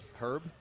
Herb